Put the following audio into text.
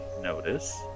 notice